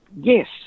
yes